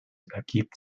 ergibt